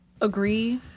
Agree